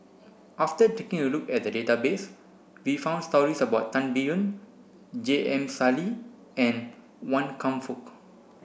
after taking a look at the database we found stories about Tan Biyun J M Sali and Wan Kam Fook